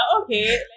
okay